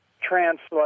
translate